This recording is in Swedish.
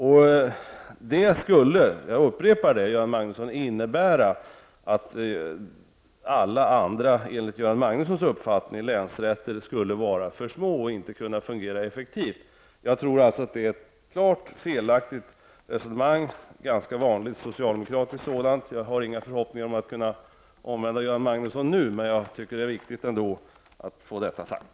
Jag upprepar att detta enligt Göran Magnussons uppfattning skulle innebära att alla andra länsrätter skulle vara för små och inte kunna fungera effektivt. Jag tror att detta resonemang är klart felaktigt -- ett ganska vanligt socialdemokratiskt sådant, och jag har inga förhoppningar om att kunna omvända Göran Magnusson nu. Jag har ändå tyckt att det är viktigt att få detta sagt.